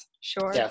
Sure